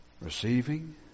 Receiving